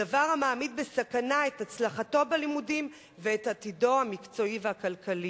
דבר המעמיד בסכנה את הצלחתו בלימודים ואת עתידו המקצועי והכלכלי.